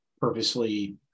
purposely